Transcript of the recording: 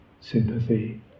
sympathy